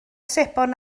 sebon